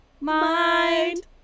Mind